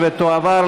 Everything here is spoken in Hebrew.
התשע"ט 2018,